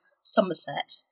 Somerset